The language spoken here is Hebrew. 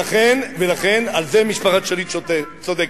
ולכן, בזה משפחת שליט צודקת.